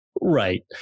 Right